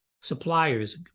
suppliers